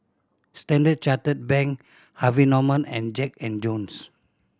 Standard Chartered Bank Harvey Norman and Jack and Jones